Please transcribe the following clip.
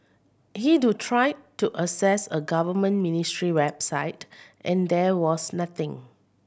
he do tried to access a government ministry website and there was nothing